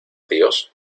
dios